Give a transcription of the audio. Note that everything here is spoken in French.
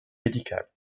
médicales